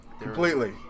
Completely